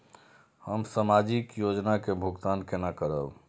हम सामाजिक योजना के भुगतान केना करब?